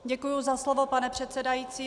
Děkuji za slovo, pane předsedající.